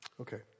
Okay